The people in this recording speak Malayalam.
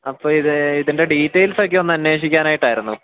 അപ്പം ഇത് ഇതിൻ്റെ ഡീറ്റെയിൽസൊക്കെ ഒന്ന് അന്വേഷിക്കാനായിട്ടായിരുന്നു